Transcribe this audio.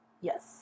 yes